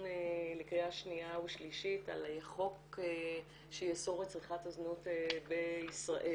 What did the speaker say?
לקריאה שניה ושלישית על חוק שיאסור את צריכת הזנות בישראל.